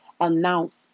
announce